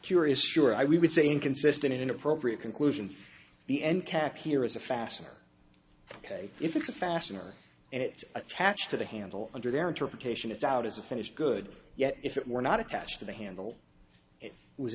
curious sure i would say inconsistent inappropriate conclusions the end cap here is a faster ok if it's a fastener and it's attached to the handle under their interpretation it's out as a finished goods yet if it were not attached to the handle it was